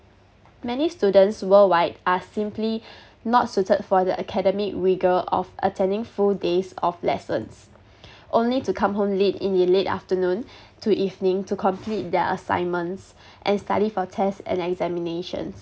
many students worldwide are simply not suited for the academic rigour of attending full days of lessons only to come home late in the late afternoon to evening to complete their assignments and study for test and examinations